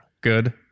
good